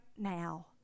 now